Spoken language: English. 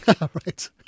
Right